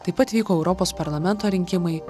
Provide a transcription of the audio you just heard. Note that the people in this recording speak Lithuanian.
taip pat vyko europos parlamento rinkimai